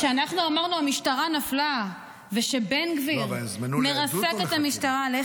כשאנחנו אמרנו שהמשטרה נפלה ושבן גביר מרסק את המשטרה --- לא,